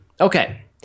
Okay